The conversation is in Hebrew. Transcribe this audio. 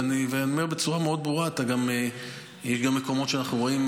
ואני אומר בצורה מאוד ברורה: יש גם מקומות שאנחנו רואים,